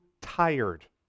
tired